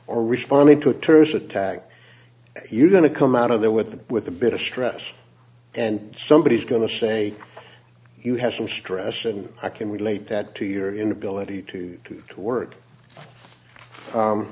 or responded to a terse attack you're going to come out of there with with a bit of stress and somebody is going to say you have some stress and i can relate that to your inability to get to work